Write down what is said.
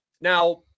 now